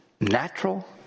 natural